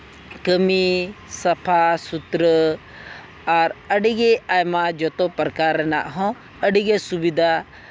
ᱠᱟᱹᱢᱤ ᱥᱟᱯᱷᱟᱼᱥᱩᱛᱨᱟᱹ ᱟᱨ ᱟᱹᱰᱤᱜᱮ ᱟᱭᱢᱟ ᱡᱚᱛᱚ ᱯᱨᱚᱠᱟᱨ ᱨᱮᱱᱟᱜ ᱦᱚᱸ ᱟᱹᱰᱤᱜᱮ ᱥᱩᱵᱤᱫᱷᱟ